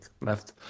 left